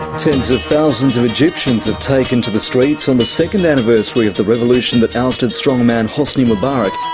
tens of thousands of egyptians have taken to the streets on the second anniversary of the revolution that ousted strongman hosni mubarak.